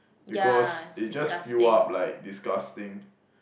because they just fill up like disgusting